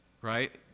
Right